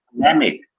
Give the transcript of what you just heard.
Dynamic